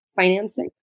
financing